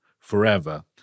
forever